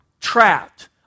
trapped